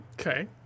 Okay